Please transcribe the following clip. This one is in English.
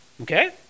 Okay